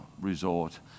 resort